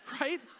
right